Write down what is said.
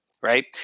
right